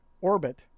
orbit